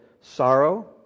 sorrow